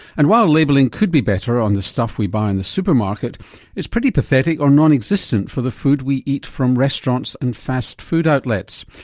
and while labelling could be better on the stuff we buy in the supermarket it's pretty pathetic or nonexistent for the food we eat from restaurants and fast food outlets.